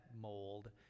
mold